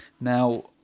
now